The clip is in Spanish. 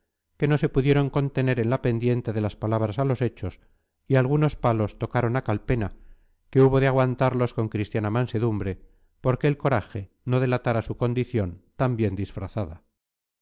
que no se pudieron contener en la pendiente de las palabras a los hechos y algunos palos tocaron a calpena que hubo de aguantarlos con cristiana mansedumbre porque el coraje no delatara su condición tan bien disfrazada